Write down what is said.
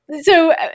So-